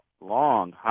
long